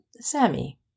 Sammy